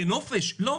לנופש לא.